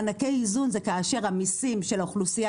מענקי איזון זה כאשר המסים של האוכלוסייה,